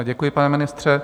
Děkuji, pane ministře.